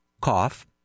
cough